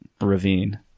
ravine